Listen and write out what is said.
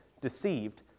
deceived